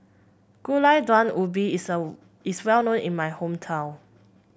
Gulai Daun Ubi is a is well known in my hometown